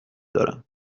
دارم